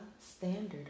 standard